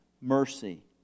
mercy